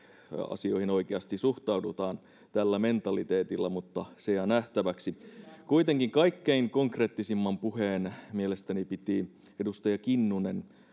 asioihin oikeasti suhtaudutaan tällä mentaliteetilla mutta se jää nähtäväksi kuitenkin kaikkein konkreettisimman puheen mielestäni piti edustaja kinnunen